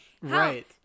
Right